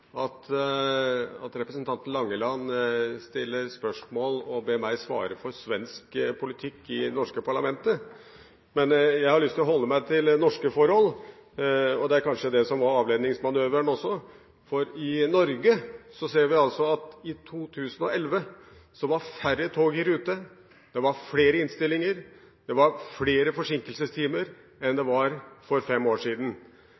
interessant at representanten Langeland stiller spørsmål og ber meg svare for svensk politikk i det norske parlamentet. Jeg har lyst til å holde meg til norske forhold, og det var kanskje det som var avledningsmanøveren også. For i Norge ser vi at i 2011 var færre tog i rute, det var flere innstillinger og flere forsinkelsestimer enn det var for fem år siden.